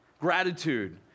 Gratitude